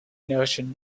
notion